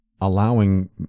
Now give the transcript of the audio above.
allowing